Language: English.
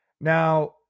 Now